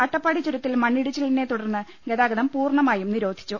അട്ടപ്പാടി ചുരത്തിൽ മണ്ണിടിച്ചി ലിനെത്തുടർന്ന് ഗതാഗതം പൂർണ്ണമായും നിരോധിച്ചു